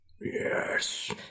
Yes